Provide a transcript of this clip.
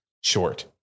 short